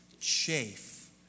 chafe